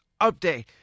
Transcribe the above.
update